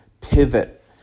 pivot